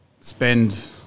spend